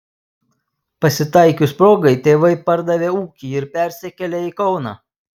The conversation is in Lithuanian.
pasitaikius progai tėvai pardavė ūkį ir persikėlė į kauną